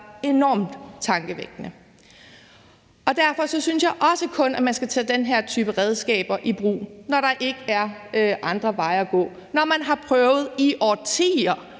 enormt tankevækkende. Derfor synes jeg også kun, at man skal tage den her type redskaber i brug, når der ikke er andre veje at gå, altså når man har prøvet det i årtier,